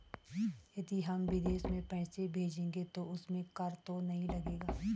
यदि हम विदेश में पैसे भेजेंगे तो उसमें कर तो नहीं लगेगा?